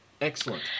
Excellent